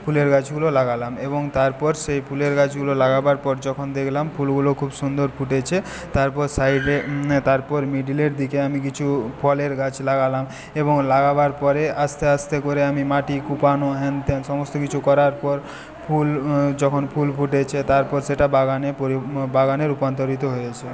ফুলের গাছগুলো লাগালাম এবং তারপর সেই ফুলের গাছগুলো লাগাবার পর যখন দেখলাম ফুলগুলো খুব সুন্দর ফুটেছে তারপর সাইডে তারপর মিডিলের দিকে আমি কিছু ফলের গাছ লাগলাম এবং লাগাবার পরে আস্তে আস্তে করে আমি মাটি কোপানো হ্যান ত্যান সমস্ত কিছু করার পর ফুল যখন ফুল ফুটেছে তারপর সেটা বাগানে পরি বাগানে রূপান্তরিত হয়েছে